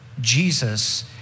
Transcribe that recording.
Jesus